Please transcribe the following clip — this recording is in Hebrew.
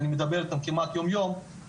אני מדבר איתם כמעט יומיום,